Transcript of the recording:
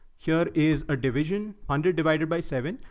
here is a division hundred divided by seven.